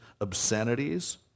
obscenities